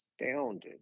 astounded